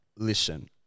Listen